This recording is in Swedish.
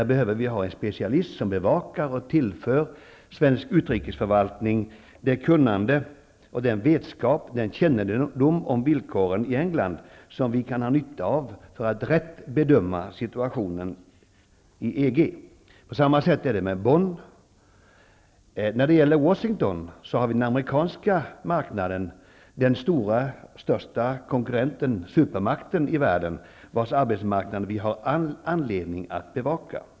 Vi behöver därför ha en specialist som bevakar och tillför svensk utrikesförvaltning det kunnande, den vetskap och den kännedom om villkoren i England som vi kan ha nytta av för att rätt bedöma situationen i EG. På samma sätt är det med Bonn. I Washington gäller det den stora amerikanska supermaktens, den största konkurrentens, arbetsmarknad, som vi har all anledning att bevaka.